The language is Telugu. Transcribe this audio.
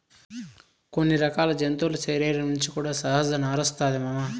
కొన్ని రకాల జంతువుల శరీరం నుంచి కూడా సహజ నారొస్తాది మామ